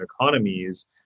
economies